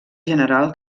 general